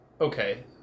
okay